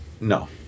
No